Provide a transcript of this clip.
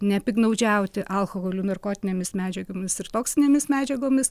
nepiktnaudžiauti alkoholiu narkotinėmis medžiagomis ir toksinėmis medžiagomis